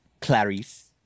Clarice